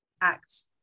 acts